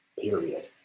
period